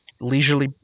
leisurely